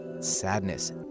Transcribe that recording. sadness